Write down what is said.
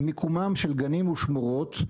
מיקומם של גנים ושמורות,